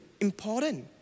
important